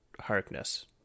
Harkness